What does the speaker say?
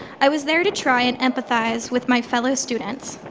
i was there to try and empathize with my fellow students.